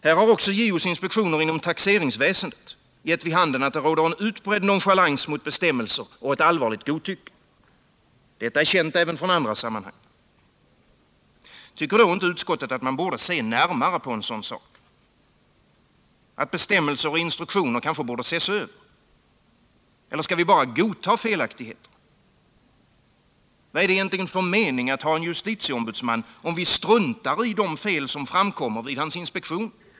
Här har också JO:s inspektioner inom taxeringsväsendet gett vid handen att det råder en utbredd nonchalans mot bestämmelser och ett allvarligt godtycke. Detta är känt även från andra sammanhang. Tycker då inte utskottet att man borde se närmare på en sådan sak? Borde inte bestämmelser och instruktioner ses över? Eller skall vi bara godta felaktigheterna? Vad är det egentligen för mening med att ha en justitieombudsman, om vi struntar i de fel som framkommer vid hans inspektioner?